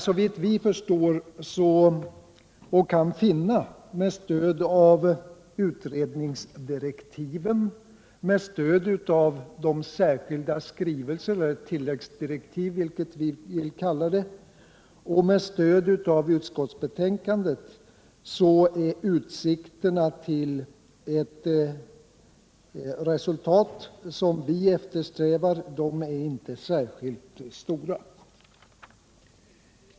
Såvitt vi förstår och kan finna med stöd av utredningsdirektiven, med stöd av de särskilda skrivelser eller tilläggsdirektiv — vilket vi nu vill kalla dem — och med stöd av utskottets hemställan är utsikterna till det resultat vi eftersträvar inte särskilt stcra.